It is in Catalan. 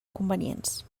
convenients